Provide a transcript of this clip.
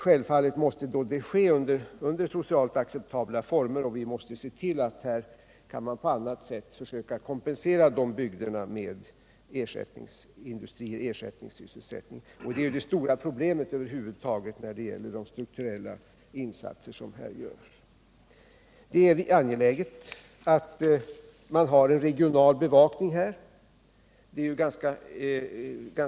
Självfallet måste nedläggningen ske i socialt acceptabla former, och vi måste på annat sätt försöka kompensera bygderna i fråga med ersättningssysselsättning. Detta är över huvud taget det stora problemet i samband med de strukturella insatser som görs. Det är också angeläget att det finns en regional bevakning.